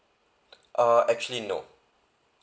uh actually no